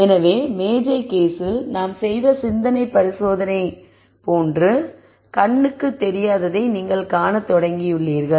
எனவே மேஜை கேஸில் நாம் செய்த சிந்தனை பரிசோதனை செய்ததை போன்று கண்ணுக்கு தெரியாததை நீங்கள் காணத் தொடங்கியுள்ளீர்கள்